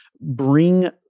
bring